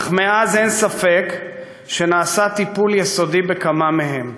אך מאז אין ספק שנעשה טיפול יסודי בכמה מהם.